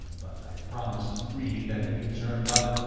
but i promised three that if you turned up,